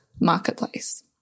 Marketplace